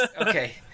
okay